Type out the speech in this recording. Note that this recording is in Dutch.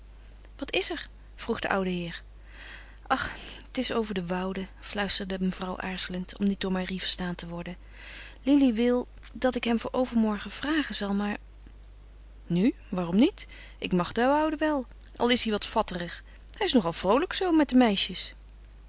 wat is er vroeg de oude heer ach het is over de woude fluisterde mevrouw aarzelend om niet door marie verstaan te worden lili wil dat ik hem voor overmorgen vragen zal maar nu waarom niet ik mag de woude wel al is hij wat fatterig hij is nogal vroolijk zoo met de meisjes